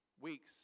Weeks